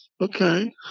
Okay